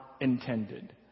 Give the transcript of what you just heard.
intended